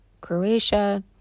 Croatia